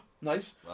nice